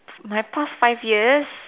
my past five years